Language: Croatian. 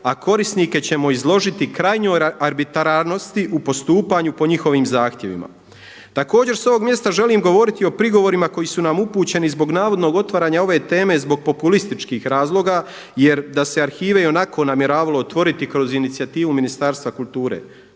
a korisnike ćemo izložiti krajnjoj arbitrarnosti u postupanju po njihovim zahtjevima. Također sa ovog mjesta želim govoriti o prigovorima koji su nam upućeni zbog navodnog otvaranja ove teme zbog populističkih razloga jer da se arhive ionako namjeravalo otvoriti kroz inicijativu Ministarstva kulture.